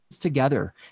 together